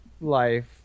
life